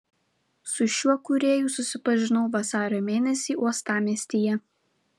su šiuo kūrėju susipažinau vasario mėnesį uostamiestyje